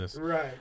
Right